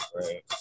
right